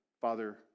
father